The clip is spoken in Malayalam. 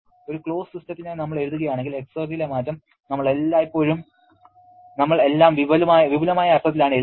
ഒരു ക്ലോസ്ഡ് സിസ്റ്റത്തിനായി നമ്മൾ എഴുതുകയാണെങ്കിൽ എക്സർജിയിലെ മാറ്റം നമ്മൾ എല്ലാം വിപുലമായ അർത്ഥത്തിലാണ് എഴുതുന്നത്